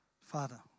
Father